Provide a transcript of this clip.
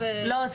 לא,